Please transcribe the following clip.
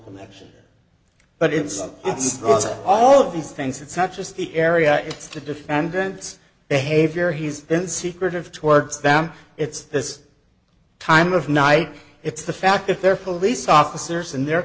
connection but it's all of these things it's not just the area it's the defendant's behavior he's been secretive towards them it's this time of night it's the fact that there are police officers and they're